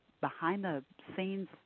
behind-the-scenes